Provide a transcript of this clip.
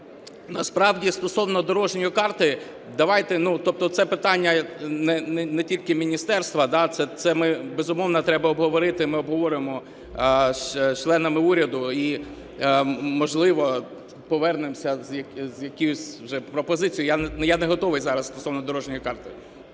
Насправді стосовно дорожньої карти. Давайте… Тобто це питання не тільки міністерства, це, безумовно, треба обговорити, ми обговоримо з членами уряду і, можливо, повернемося з якоюсь пропозицією. Я не готовий зараз стосовно дорожньої карти